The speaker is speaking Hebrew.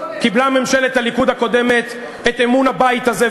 קיבלה ממשלת הליכוד הקודמת את אמון הבית הזה,